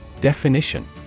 Definition